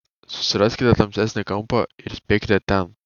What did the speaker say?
susiraskite tamsesnį kampą ir spiekite ten